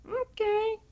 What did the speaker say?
Okay